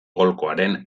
golkoaren